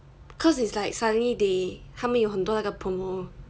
cause it's like suddenly they 他们有很多那个 promo